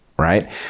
right